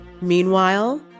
Meanwhile